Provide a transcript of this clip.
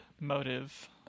motive